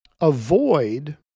avoid